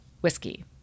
Whiskey